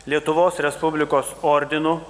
lietuvos respublikos ordinų